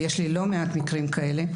ויש לי לא מעט מקרים כאלה,